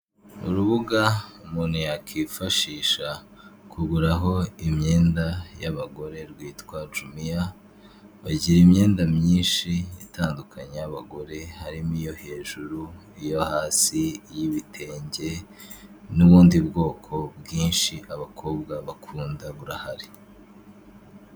Urubuga umuntu yakwifashisha kuguraraho imyenda y'abagore rwitwa jumiya, bagira imyenda myinshi itandukanye y'abagore harimo iyo hejuru, iyo hasi iy'ibitenge n'ubundi bwoko bwinshi abakobwa bakunda burahari.